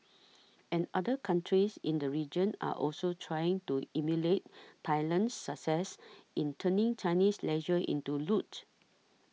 and other countries in the region are also trying to emulate Thailand's success in turning Chinese leisure into loot